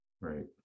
Right